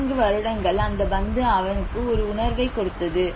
4 வருடங்கள் அந்த பந்து அவனுக்கு ஒரு உணர்வைக் கொடுத்தது